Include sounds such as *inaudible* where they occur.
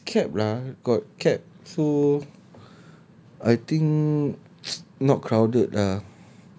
no but it's capped lah got capped so I think *noise* not crowded lah